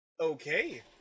Okay